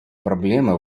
проблемы